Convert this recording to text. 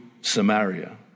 Samaria